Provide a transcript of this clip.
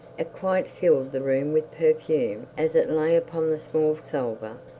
it quite filled the room with perfume as it lay upon the small salver.